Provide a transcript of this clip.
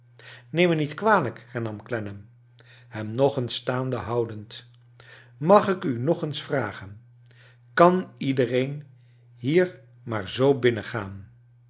neem mij niet kwalijk hernam clennam hem nog eens staande houdend rnag ik u nog iets vragen ivan iedereen hier maar zoo binnengaan